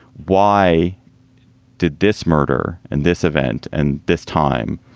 why did this murder and this event and this time,